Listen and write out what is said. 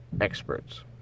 experts